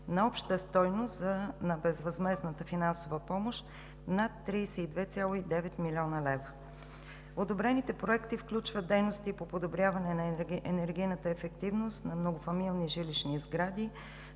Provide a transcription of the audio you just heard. на обща стойност на безвъзмездната финансова помощ над 32,9 млн. лв. Одобрените проекти включват дейности по подобряване на енергийната ефективност на многофамилни жилищни сгради,